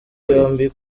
yombi